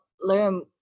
learn